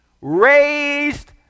raised